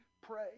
pray